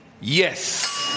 Yes